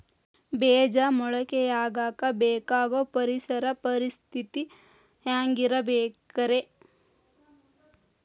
ಬೇಜ ಮೊಳಕೆಯಾಗಕ ಬೇಕಾಗೋ ಪರಿಸರ ಪರಿಸ್ಥಿತಿ ಹ್ಯಾಂಗಿರಬೇಕರೇ?